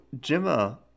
Gemma